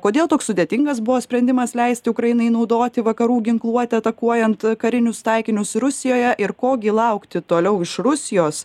kodėl toks sudėtingas buvo sprendimas leisti ukrainai naudoti vakarų ginkluotę atakuojant karinius taikinius rusijoje ir ko gi laukti toliau iš rusijos